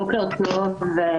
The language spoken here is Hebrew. בוקר טוב.